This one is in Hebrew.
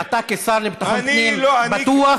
אתה כשר לביטחון פנים בטוח,